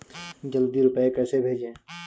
जल्दी रूपए कैसे भेजें?